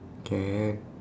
okay